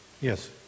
Yes